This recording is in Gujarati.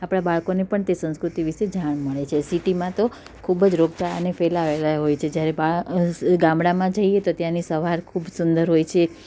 આપણા બાળકોને પણ તે સંસ્કૃતિ વિષે જાણ મળે છે સિટીમાં તો ખૂબ જ રોગચાળા અને ફેલાવેલા હોય છે જ્યારે ગામડામાં જઈએ તો ત્યાંની સવાર ખૂબ સુંદર હોય છે